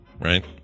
Right